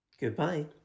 Goodbye